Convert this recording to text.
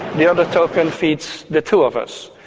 the other token feeds the two of us.